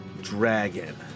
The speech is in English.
dragon